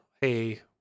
Hey